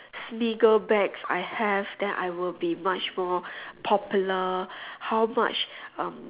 smiggle bags I have then I will be much more popular how much um